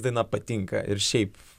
daina patinka ir šiaip